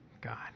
God